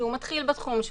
שהוא מתחיל בתחום,